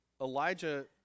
Elijah